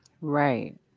Right